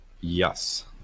yes